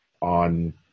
on